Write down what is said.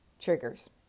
triggers